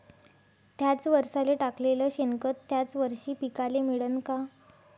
थ्याच वरसाले टाकलेलं शेनखत थ्याच वरशी पिकाले मिळन का?